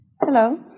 Hello